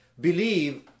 believe